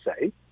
say